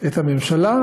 את הממשלה,